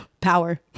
Power